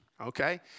okay